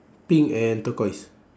pink and turquoise